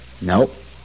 Nope